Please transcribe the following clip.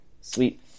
sweet